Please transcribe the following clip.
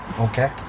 okay